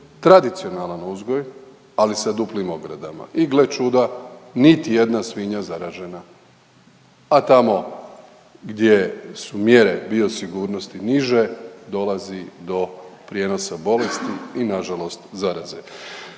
tradicionalan uzgoj ali sa duplim ogradama i gle čuda niti jedna svinja zaražena. A tamo gdje su mjere biosigurnosti niže dolazi do prijenosa bolesti i nažalost zaraze.